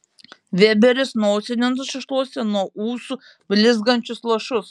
vėberis nosine nusišluostė nuo ūsų blizgančius lašus